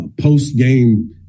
post-game